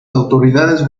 autoridades